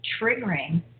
triggering